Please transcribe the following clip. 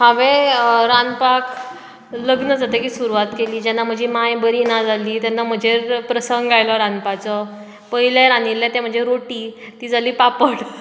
हांवें रांदपाक लग्न जातकीर सुरवात केली जेन्ना म्हजी माय बरी ना जाली तेन्ना म्हजेर प्रसंग आयलो रांदपाचो पयलें रांदिल्ली ती म्हणजे रोटी ती जाली पापड